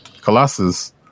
Colossus